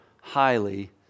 highly